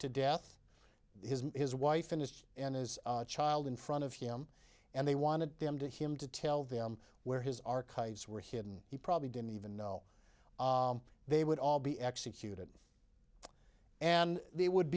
to death his his wife and his and his child in front of him and they wanted them to him to tell them where his archives were hidden he probably didn't even know they would all be executed and they would